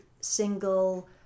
single